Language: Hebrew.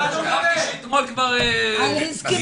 כבר שכחתי שאתמול כבר --- על הסכמים קואליציוניים.